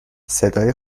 صدای